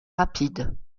rapides